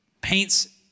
paints